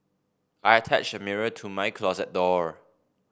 I attached a mirror to my closet door